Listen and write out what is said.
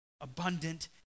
abundant